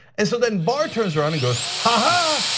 and so then barr turns around and goes, ha ha,